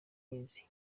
nkizi